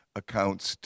accounts